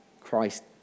Christ